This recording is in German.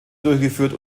durchgeführt